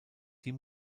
die